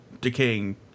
decaying